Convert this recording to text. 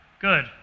good